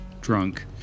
drunk